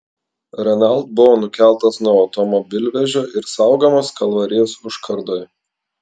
renault buvo nukeltas nuo automobilvežio ir saugomas kalvarijos užkardoje